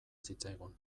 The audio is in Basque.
zitzaigun